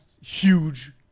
huge